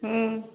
हूँ